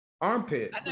armpit